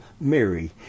Mary